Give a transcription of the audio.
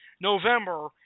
November